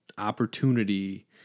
opportunity